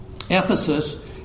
Ephesus